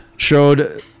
Showed